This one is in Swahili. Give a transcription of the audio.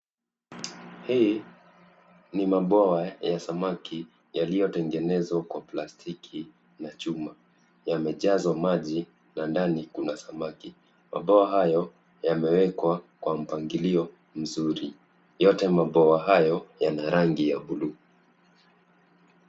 Hii ni mabwawa ya samaki yaliyotengenezwa kwa plastiki ya chuma. Yamejazwa maji na ndani kuna samaki . Mabwawa hayo yamewekwa kwa mpangilio mzuri. Yote ya mabwawa hayo yana rangi ya buluu.